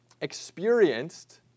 experienced